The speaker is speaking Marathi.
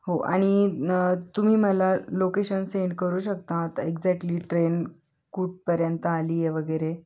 हो आणि न तुम्ही मला लोकेशन सेंड करू शकता आता एक्झॅक्टली ट्रेन कुठपर्यंत आली आहे वगैरे